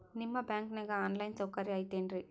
ನಿಮ್ಮ ಬ್ಯಾಂಕನಾಗ online ಸೌಕರ್ಯ ಐತೇನ್ರಿ?